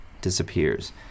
disappears